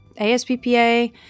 ASPPA